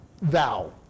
vow